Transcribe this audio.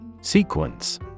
Sequence